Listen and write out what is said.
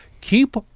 keep